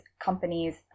companies